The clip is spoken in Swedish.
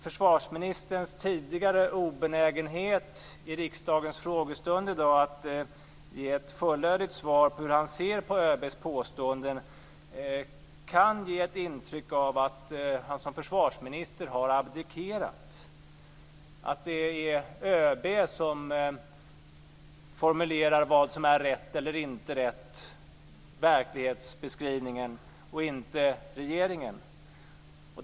Försvarsministerns tidigare obenägenhet i riksdagens frågestund i dag att ge ett fullödigt svar på hur han ser på ÖB:s påståenden kan ge ett intryck av att han som försvarsminister har abdikerat och att det är ÖB som formulerar vad som är rätt eller inte rätt i verklighetsbeskrivningen och inte regeringen.